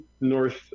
north